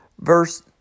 Verse